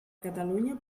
catalunya